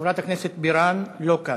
חברת הכנסת בירן, לא כאן.